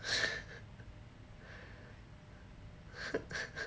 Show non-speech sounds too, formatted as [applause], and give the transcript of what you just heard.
[laughs]